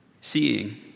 Seeing